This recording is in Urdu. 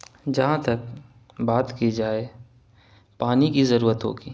جہاں تک بات کی جائے پانی کی ضرورتوں کی